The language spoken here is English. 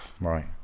Right